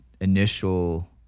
initial